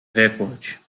recorde